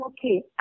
okay